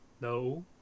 No